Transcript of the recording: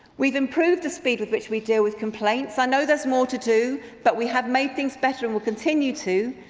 we've improved the speed with which we deal with complaints. i know there's more to do. but we have made things better and will continue to.